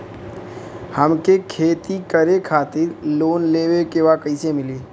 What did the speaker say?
हमके खेती करे खातिर लोन लेवे के बा कइसे मिली?